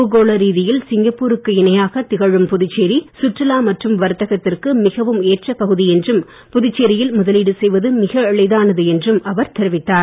பூகோள ரீதியில் சிங்கப்பூருக்கு இணையாக திகழும் புதுச்சேரி சுற்றுலா மற்றும் வர்த்தகத்திற்கு மிகவும் ஏற்ற பகுதி என்றும் புதுச்சேரியில் முதலீடு செய்வது மிக எளிதானது என்றும் அவர் தெரிவித்தார்